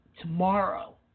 tomorrow